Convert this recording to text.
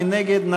מי נגד?